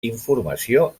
informació